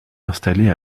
installé